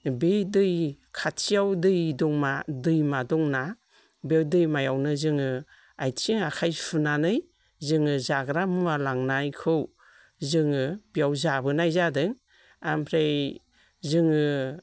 बे दै खाथियाव दै दं ना दैमा दंना बेयाव दैमायावनो जोङो आथिं आखाइ सुनानै जोङो जाग्रा मुवा लांनायखौ जोङो बेयाव जाबोनाय जादों ओमफ्राय जोङो